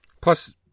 Plus